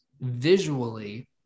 visually